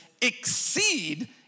exceed